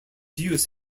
use